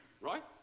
right